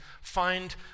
find